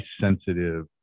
sensitive